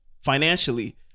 financially